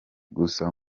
gusa